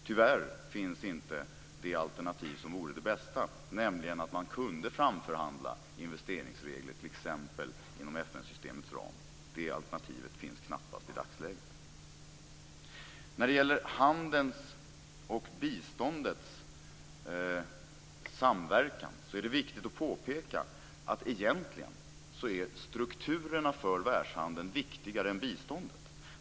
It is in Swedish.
Tyvärr finns inte det alternativ som vore det bästa, nämligen att man kunde framförhandla investeringsregler, t.ex. inom FN-systemets ram. Det alternativet finns knappast i dagsläget. När det gäller handelns och biståndets samverkan är det viktigt att påpeka att strukturerna för världshandeln egentligen är viktigare än biståndet.